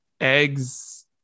eggs